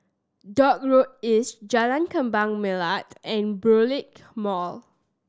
Dock Road East Jalan Kembang Melati and Burkill Mall